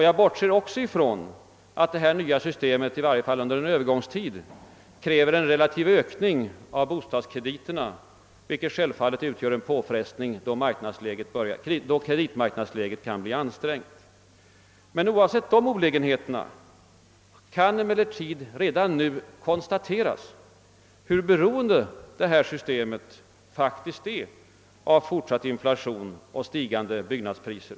Jag bortser också ifrån att systemet, i varje fall under en övergångstid, kräver en relativ ökning av bostadskrediterna, vilket självfallet utgör en påfrestning, då kreditmarknadsläget börjar bli ansträngt. Men oavsett dessa olägenheter kan redan nu konstateras, hur beroende detta system faktiskt är av fortsatt inflation och stigande byggnadspriser.